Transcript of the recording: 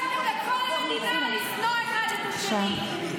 קטי, את לא היית פה כשהוא דיבר.